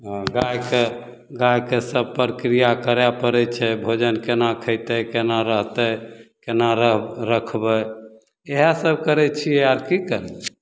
हँ गायके गायके सभ प्रक्रिया करै पड़ै छै भोजन केना खैतै केना रहतै केना रऽ रखबै इहै सभ करै छियै आर की करबै